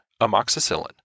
amoxicillin